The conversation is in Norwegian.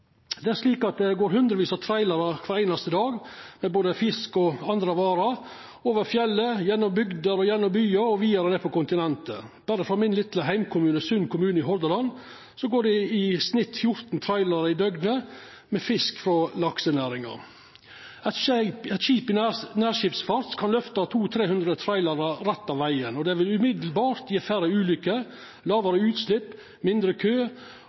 Det går hundrevis av trailerar kvar einaste dag med både fisk og andre varer over fjellet, gjennom bygder og gjennom byar og vidare ned til kontinentet. Berre frå min litle heimkommune Sund i Hordaland går det i snitt 14 trailerar i døgnet med fisk frå laksenæringa. Eit skip i nærskipsfart kan løfta 200–300 trailerar rett av vegen, og det vil straks gje færre ulykker, lågare utslepp, mindre kø